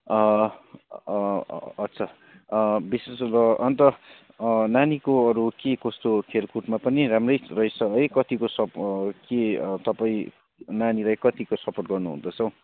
अच्छा विशेष गरेर अन्त नानीको अरू के कस्तो खेलकुदमा पनि राम्रै रहेछ है कतिको सपोर्ट के तपाईँ नानीलाई कतिको सपोर्ट गर्नुहुँदैछ हौ